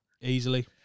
easily